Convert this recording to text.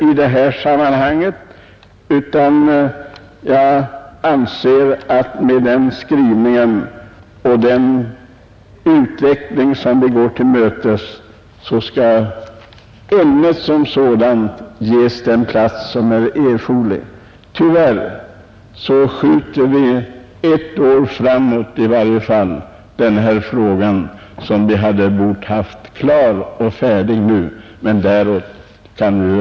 Med hänsyn till den skrivning som gjorts och den utveckling vi går till mötes kommer ämnet som sådant, hoppas jag, att ges erforderlig plats. Tyvärr skjuter vi emellertid denna fråga — som vi nu borde ha haft klarlagd — minst ett år framåt i tiden.